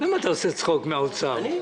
למה אתה עושה צחוק מן האוצר?